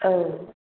औ